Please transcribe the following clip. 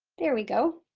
there we go.